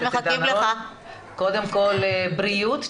קודם כל בריאות,